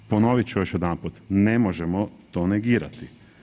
Ponovit ću još jedanput, ne možemo to negirati.